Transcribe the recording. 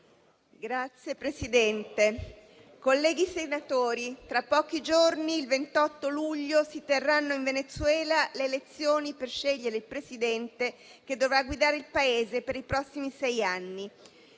Signor Presidente, colleghi senatori, tra pochi giorni, il 28 luglio, si terranno in Venezuela le elezioni per scegliere il Presidente che dovrà guidare il Paese per i prossimi sei anni.